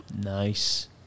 Nice